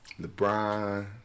LeBron